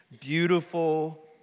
beautiful